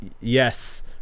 yes